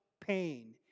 pain